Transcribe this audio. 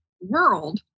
world